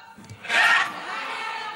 סוהר.